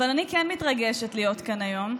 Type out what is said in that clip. אבל אני כן מתרגשת להיות כאן היום,